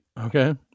Okay